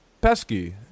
pesky